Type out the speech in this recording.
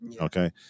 Okay